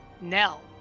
Nell